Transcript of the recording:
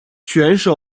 选手